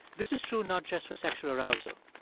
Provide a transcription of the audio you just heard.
this is true not just for sexual arousal.